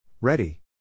Ready